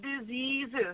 diseases